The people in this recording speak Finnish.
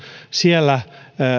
siellä